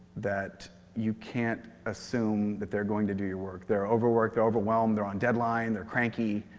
that you can't assume that they're going to do your work. they're overworked, overwhelmed, they're on deadline, they're cranky.